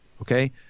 Okay